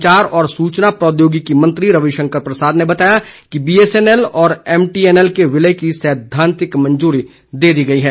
संचार और सूचना प्रौद्योगिकी मंत्री रविशंकर प्रसाद ने बताया कि बीएसएनएल और एमटीएनएल के विलय की सैद्वांतिक मंजूरी दे दी गई है